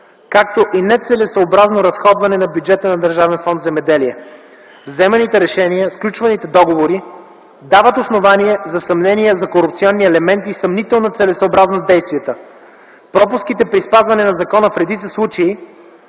както и нецелесъобразно разходване на бюджета на Държавен фонд „Земеделие”. Вземаните решения, сключваните договори дават основание за съмнения за корупционни елементи и съмнителна целесъобразност в действията. Пропуските при спазването на закона в редица случаи,